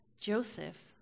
Joseph